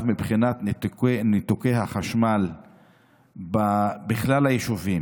מבחינת ניתוקי החשמל בכלל היישובים,